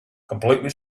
completely